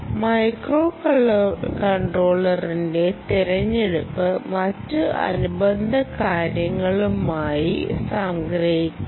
മൈക്രോകൺട്രോളറിന്റെ തിരഞ്ഞെടുപ്പ് മറ്റ് അനുബന്ധ കാര്യങ്ങളുമായി സംഗ്രഹിക്കാം